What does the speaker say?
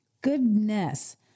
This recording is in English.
Goodness